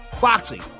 boxing